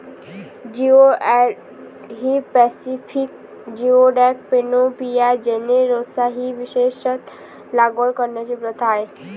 geoduck ही Pacific geoduck, Panopea generosa ही विशेषत लागवड करण्याची प्रथा आहे